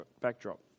backdrop